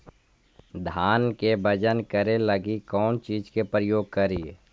धान के बजन करे लगी कौन चिज के प्रयोग करि?